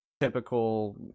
typical